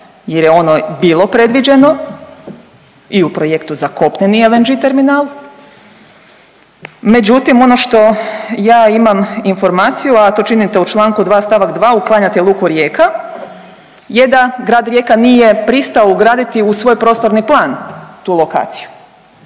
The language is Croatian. jer je ono bilo predviđeno i u projektu za kopneni LNG terminal. Međutim, ono što ja imam informaciju, a to činite u Članku 2. stavak 2. uklanjate luku Rijeka je da Grad Rijeka nije pristao ugraditi u svoj prostorni plan tu lokaciju.